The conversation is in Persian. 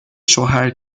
شوهر